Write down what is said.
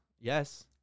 Yes